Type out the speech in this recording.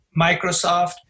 Microsoft